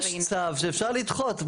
יש צו שאפשר לדחות.